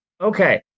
Okay